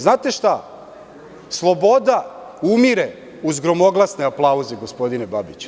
Znate šta, sloboda umireuz gromoglasne aplauze, gospodine Babiću.